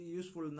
useful